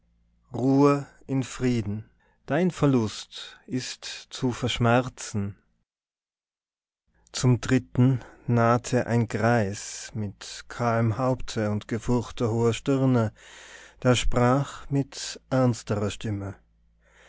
ruhe in frieden dein verlust ist zu verschmerzen zum dritten nahte ein greis mit kahlem haupte und gefurchter hoher stirne der sprach mit ernsterer stimme